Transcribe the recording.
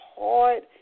hard